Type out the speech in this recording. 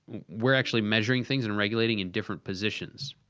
we're actually measuring things and regulating in different positions.